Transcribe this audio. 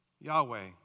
Yahweh